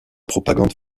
propagande